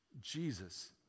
Jesus